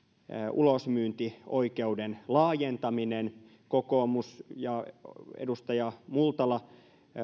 ulosmyyntioikeuden laajentaminen kokoomus ja edustaja multala